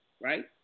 Right